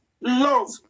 love